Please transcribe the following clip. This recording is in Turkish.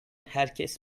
herkes